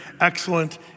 excellent